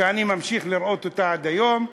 שאני ממשיך לראות עד היום,